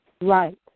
Right